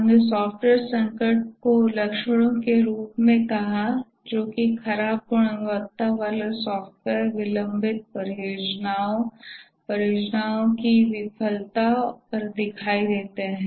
हमने सॉफ्टवेयर संकट को लक्षणों के रूप में कहा जो कि खराब गुणवत्ता वाले सॉफ़्टवेयर विलंबित परियोजनाओं परियोजना की विफलता और पर दिखाई देते हैं